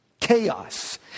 chaos